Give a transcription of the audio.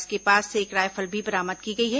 इसके पास से एक राइफल भी बरामद की गई है